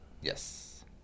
Yes